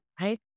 Right